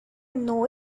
know